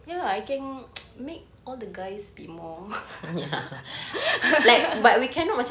ya I can make all the guys be more